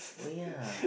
oh ya